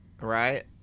Right